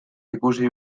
ikusi